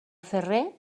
ferrer